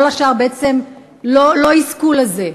כל השאר בעצם לא יזכו לזה.